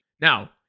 Now